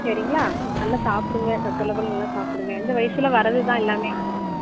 சரிங்களா நல்லா சாப்பிடுங்க சத்து உள்ள பொருள் நல்லா சாப்பிடுங்க இந்த வயசில் வரது தான் எல்லாமே